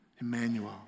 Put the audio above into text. Emmanuel